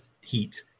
heat